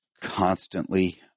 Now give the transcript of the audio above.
constantly